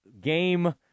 Game